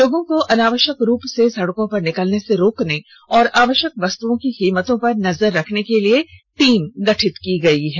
लोगों को अनावश्यक रूप से सड़कों पर निकलने से रोकने और आवश्यक वस्तुओं की कीमतों पर नजर रखने के लिए टीम गठित की गयी है